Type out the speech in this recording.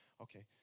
Okay